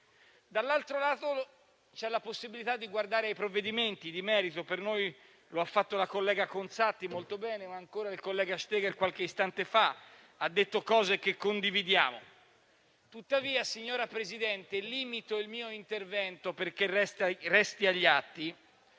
Dall'altro lato c'è la possibilità di guardare ai provvedimenti di merito. Per noi lo ha fatto la collega Conzatti molto bene, ma ancora il collega Steger qualche istante fa ha detto cose che condividiamo. Tuttavia, signora Presidente, limito il mio intervento perché resti agli atti,